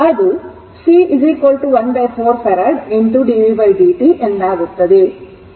ಆದ್ದರಿಂದ ಇದು c 14 Farad d vd t ಎಂದಾಗುತ್ತದೆ